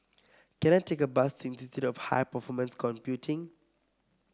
can I take a bus to Institute of High Performance Computing